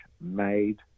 made